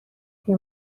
توی